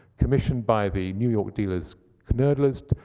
commissioned by the new york dealers knoedlers,